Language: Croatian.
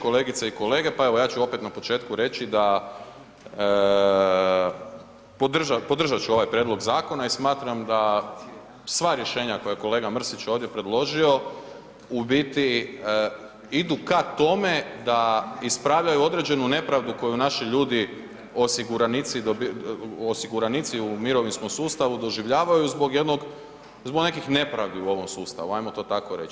Kolegice i kolege, pa evo ja ću opet na početku reći da podržat ću ovaj prijedlog zakona i smatram da sva rješenja koja je kolega Mrsić ovdje predložio u biti idu ka tome da ispravljaju određenu nepravdu koju naši ljudi, osiguranici u mirovinskom sustavu doživljavaju zbog jednog, zbog nekih nepravdi u ovom sustavu ajmo to tako reći.